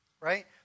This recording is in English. Right